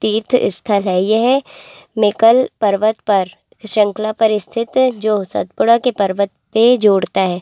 तीर्थ स्थल है यह मैं कल पर्वत पर शृंखला पर स्थित है जो सतपुड़ा के पर्वत पे जोड़ता है